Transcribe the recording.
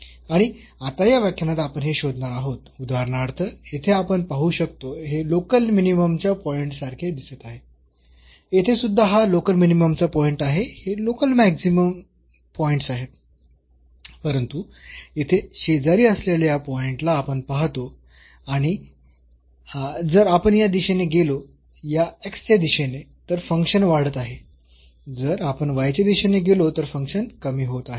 आणि आता या व्याख्यानात आपण हे शोधणार आहोत उदाहरणार्थ येथे आपण पाहू शकतो हे लोकल मिनिमम च्या पॉईंट सारखे दिसत आहे येथे सुद्धा हा लोकल मिनिममचा पॉईंट आहे हे लोकल मॅक्सिमम पॉईंट्स आहेत परंतु येथे शेजारी असलेल्या या पॉईंटला आपण पाहतो जर आपण या दिशेने गेलो या x च्या दिशेने तर फंक्शन वाढत आहे जर आपण y च्या दिशेने गेलो तर फंक्शन कमी होत आहे